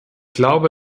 glaube